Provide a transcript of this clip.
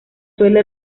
suele